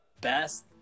best